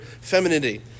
femininity